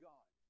God